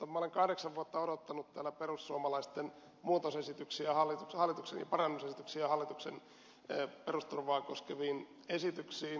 minä olen kahdeksan vuotta odottanut täällä perussuomalaisten parannusesityksiä hallituksen perusturvaa koskeviin esityksiin